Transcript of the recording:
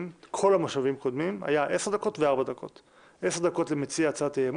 שבכל המושבים הקודמים זה היה עשר דקות למציע הצעת האי-אמון